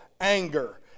anger